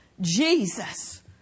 Jesus